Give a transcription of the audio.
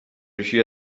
riuscì